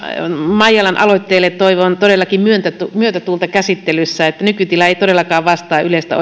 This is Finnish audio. maijalan aloitteelle toivon todellakin myötätuulta käsittelyssä nykytila ei todellakaan vastaa yleistä